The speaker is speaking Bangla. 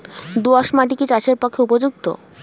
দোআঁশ মাটি কি চাষের পক্ষে উপযুক্ত?